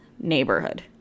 neighborhood